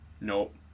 nope